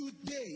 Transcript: Today